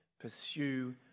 pursue